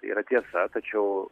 tai yra tiesa tačiau